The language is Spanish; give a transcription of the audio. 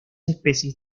especies